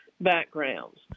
backgrounds